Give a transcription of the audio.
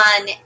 on